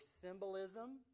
symbolism